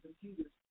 computers